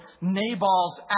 Nabal's